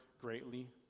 greatly